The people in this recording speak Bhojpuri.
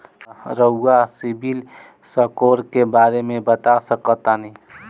का रउआ सिबिल स्कोर के बारे में बता सकतानी?